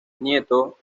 nieto